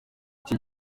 iki